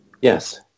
yes